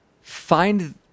find